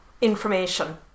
information